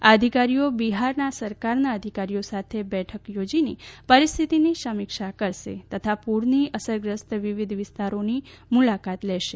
આ અધિકારીઓ બિહારના સરકારના અધિકારીઓ સાથે બેઠક યોજીને પરિસ્થિતિની સમીક્ષા કરશે તથા પુરથી અસરગ્રસ્ત વિવિધ વિસ્તારોની મુલાકાત લેશે